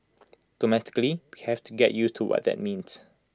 domestically we have to get used to what that means